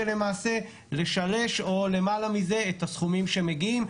ולמעשה לשלש או למעלה מזה את הסכומים שמגיעים.